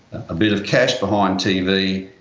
a bit of cash behind tv,